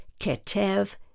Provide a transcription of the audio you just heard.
Ketev